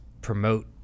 promote